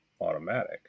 automatic